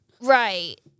Right